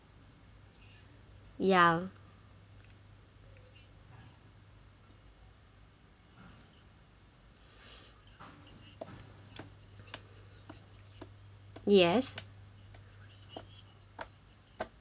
ya yes